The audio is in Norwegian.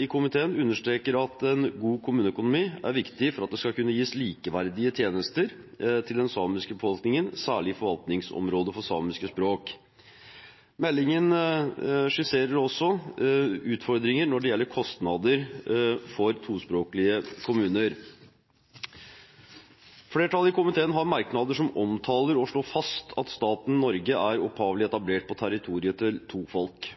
i komiteen understreker at en god kommuneøkonomi er viktig for at det skal kunne gis likeverdige tjenester til den samiske befolkningen, særlig i forvaltningsområdet for samiske språk. Meldingen skisserer også utfordringer når det gjelder kostnader for tospråklige kommuner. Flertallet i komiteen har merknader som omtaler, og slår fast, at staten Norge opphavlig er etablert på territoriet til to folk,